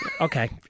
Okay